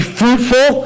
fruitful